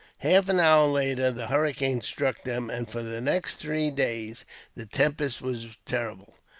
half an hour later the hurricane struck them, and for the next three days the tempest was terrible.